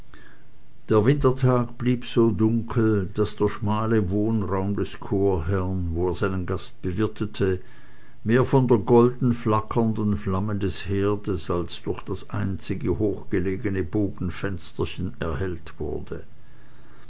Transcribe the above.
der wintertag blieb so dunkel daß der schmale wohnraum des chorherrn wo er seinen gast bewirtete mehr von der golden flackernden flamme des herdes als durch das einzige hoch gelegene bogenfensterchen erhellt wurde